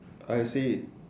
I see